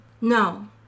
No